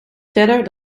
verder